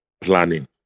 planning